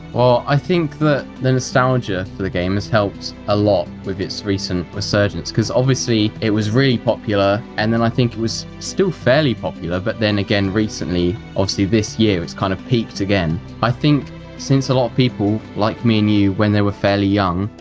well i think that the nostalgia for the game is helped a lot with its recent resurgence, because obviously it was really popular, and then i think it was still fairly popular but then again recently, obviously this year it's kind of peaked again. i think since a lot of people like, me and you when they were fairly young,